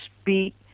speak